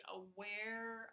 aware